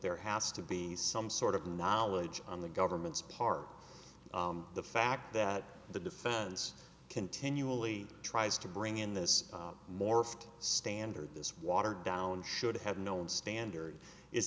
there has to be some sort of knowledge on the government's part the fact that the defense continually tries to bring in this morphed standard this watered down should have known standard is